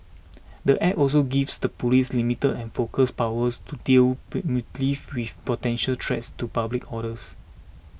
Square Peg also gives the police limited and focused powers to deal preemptively with potential threats to public orders